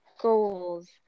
goals